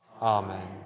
Amen